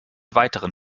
weiteren